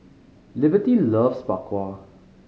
Liberty loves Bak Kwa